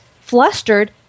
flustered